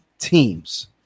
teams